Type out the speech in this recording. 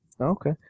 Okay